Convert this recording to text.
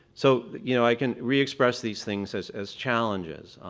so you know i can re-express these things as as challenges.